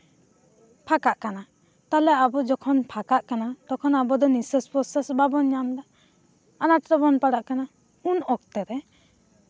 ᱯᱷᱟᱠᱟᱜ ᱠᱟᱱᱟ ᱛᱟᱦᱞᱮ ᱟᱵᱚ ᱡᱚᱠᱷᱚᱱ ᱯᱷᱟᱠᱟᱜ ᱠᱟᱱᱟ ᱛᱚᱠᱷᱚᱱ ᱟᱵᱚ ᱫᱚ ᱱᱤᱜᱥᱟᱥ ᱯᱨᱚᱥᱟᱥ ᱵᱟᱵᱚᱱ ᱧᱟᱢᱫᱟ ᱟᱱᱟᱴ ᱨᱮᱵᱚᱱ ᱯᱟᱲᱟᱜ ᱠᱟᱱᱟ ᱩᱱ ᱚᱠᱛᱮᱨᱮ